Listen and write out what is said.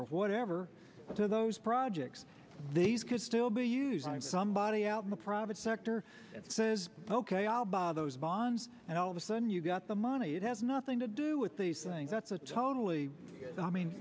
or whatever to those projects these could still be used by somebody out in the private sector and says ok i'll buy those bonds and all of a sudden you got the money it has nothing to do with these things that's a totally i mean